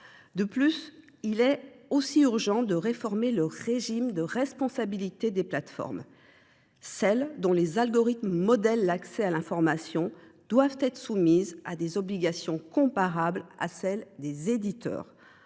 Il est tout aussi urgent de réformer le régime de responsabilité des plateformes. Celles dont les algorithmes modèlent l’accès à l’information doivent faire l’objet d’obligations comparables à celles que